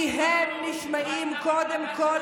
כי הם נשמעים קודם כול